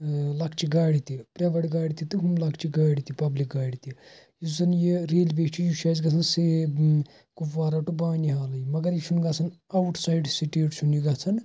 ٲں لۄکچہِ گاڈِ تہِ پرٛایویٹ گاڑِ تہِ تہٕ ہُم لۄکچہِ گاڑِ تہِ پَبلِک گاڑِ تہِ یُس زَنہٕ یہِ ریلوے چھُ یہِ چھُ اسہِ گَژھان سے کُپوارا ٹُو بانہالٕے مَگَر یہِ چھُنہٕ گَژھان آوُٹ سایِڈ سِٹیٹ چھُنہٕ یہٕ گَژھان